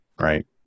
Right